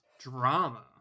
Drama